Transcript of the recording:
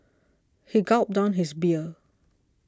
he gulped down his beer